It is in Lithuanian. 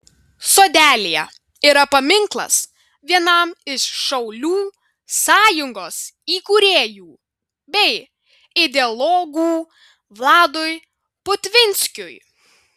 sodelyje yra paminklas vienam iš šaulių sąjungos įkūrėjų bei ideologų vladui putvinskiui